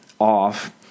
off